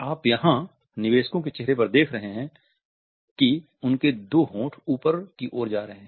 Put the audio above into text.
आप यहां निवेशकों के चेहरे पर देख रहे हैं कि उनके दो होंठ ऊपर की ओर जा रहे हैं